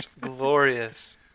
glorious